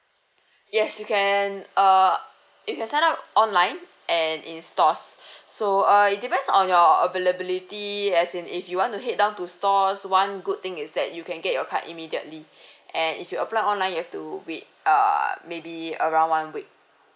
yes you can err if you can sign up online and in stores so uh it depends on your availability as in if you want to head down to stores one good thing is that you can get your card immediately and if you apply online you have to wait err maybe around one week